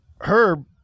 Herb